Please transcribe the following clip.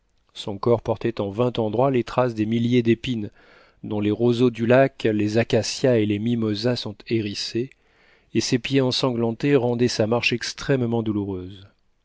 son corps portait en vingt endroits les traces des milliers d'épines dont les roseaux du lac les acacias et les mimosas sont hérissés et ses pieds ensanglantés rendaient sa marche extrêmement douloureuse